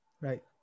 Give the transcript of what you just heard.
right